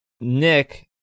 Nick